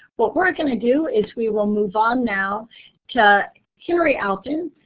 what we're going to do is we will move on now to henry alphin.